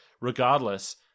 regardless